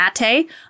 Mate